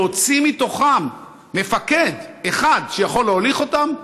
להוציא מתוכם מפקד אחד שיכול להוליך אותם,